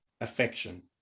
affection